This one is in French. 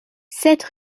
sept